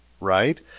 right